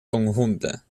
conjunta